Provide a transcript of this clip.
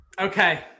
okay